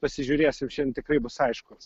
pasižiūrėsim šiandien tikrai bus aiškus